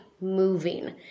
moving